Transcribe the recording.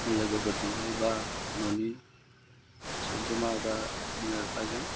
लोगोफोरजोंहाय बा न'नि सोद्रोमा बा बिमा बिफाजों